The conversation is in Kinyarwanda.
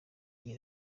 iyi